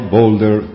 Boulder